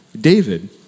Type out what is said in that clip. David